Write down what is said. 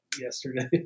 yesterday